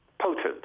potent